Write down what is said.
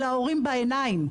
להורים בעיניים?